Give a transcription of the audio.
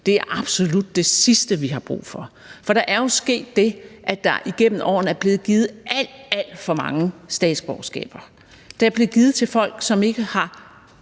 nu, er absolut det sidste, vi har brug for, for der er jo sket det, at der igennem årene er blevet givet alt, alt for mange statsborgerskaber. Det er blevet givet til folk, som ikke har